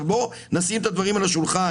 אבל בוא נשים את הדברים על השולחן,